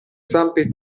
zampe